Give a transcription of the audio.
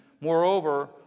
Moreover